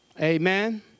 Amen